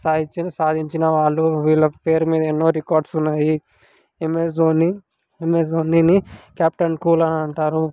సాధించారు సాధించినవాళ్ళు వీళ్ళ పేరు మీద ఎన్నో రికార్డ్స్ ఉన్నాయి ఎంఎస్ ధోనీ ఎంఎస్ ధోనీని క్యాప్టెన్ కూల్ అని అంటారు